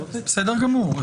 בסדר גמור.